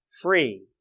free